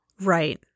Right